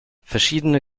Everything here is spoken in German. verschiedene